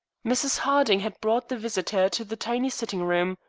mrs. harding had brought the visitor to the tiny sitting-room.